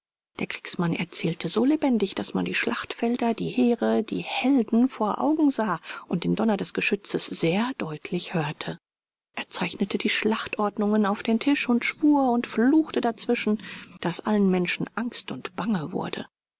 der kriegsmann erzählte so lebendig daß man die schlachtfelder die heere die helden vor augen sah und den donner des geschützes sehr deutlich hörte er zeichnete die schlachtordnungen auf den tisch und schwur und fluchte dazwischen daß allen menschen angst und bange wurde